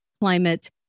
climate